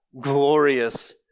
glorious